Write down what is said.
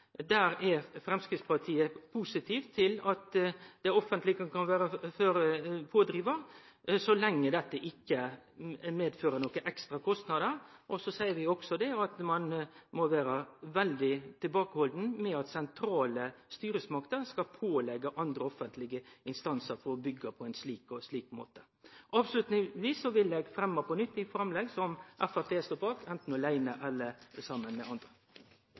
Framstegspartiet er positiv til at det offentlege kan vere pådrivar, så lenge dette ikkje medfører ekstra kostnader. Vi seier også at sentrale styresmakter må vere veldig tilbakehaldne med å påleggje andre offentlege instansar å byggje på ein spesiell måte. Avslutningsvis vil eg fremme dei forslaga som Framstegspartiet står bak, enten aleine eller saman med andre.